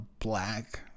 black